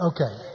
Okay